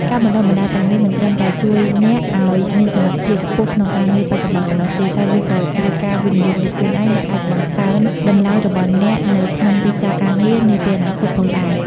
ការបណ្ដុះបណ្ដាលទាំងនេះមិនត្រឹមតែជួយអ្នកឲ្យមានសមត្ថភាពខ្ពស់ក្នុងការងារបច្ចុប្បន្នប៉ុណ្ណោះទេ តែវាក៏ជា ការវិនិយោគលើខ្លួនឯង ដែលអាច បង្កើនតម្លៃរបស់អ្នកនៅក្នុងទីផ្សារការងារ នាពេលអនាគតផងដែរ។